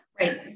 Right